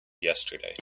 yesterday